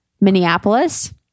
Minneapolis